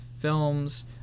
films